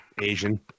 Asian